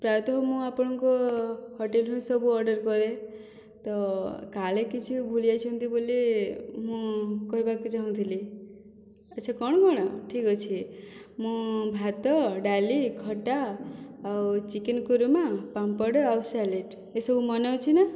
ପ୍ରାୟତଃ ମୁଁ ଆପଣଙ୍କ ହୋଟେଲରୁ ହିଁ ସବୁ ଅର୍ଡ଼ର କରେ ତ କାଳେ କିଛି ଭୁଲି ଯାଇଛନ୍ତି ବୋଲି ମୁଁ କହିବାକୁ ଚାହୁଁଥିଲି ଆଚ୍ଛା କଣ କଣ ଠିକ୍ ଅଛି ମୁଁ ଭାତ ଡାଲି ଖଟା ଆଉ ଚିକେନ କୁରୁମା ପାମ୍ପଡ଼ ଆଉ ସାଲାଡ଼ ଏସବୁ ମନେ ଅଛି ନା